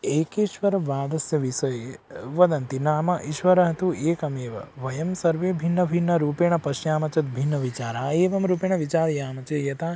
एकेश्वर वादस्य विषये वदन्ति नाम ईश्वरः तु एकमेव वयं सर्वे भिन्न भिन्न रूपेण पश्यामः चेद् भिन्नः विचारः एवं रूपेण विचारयामः चेत् यथा